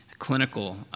clinical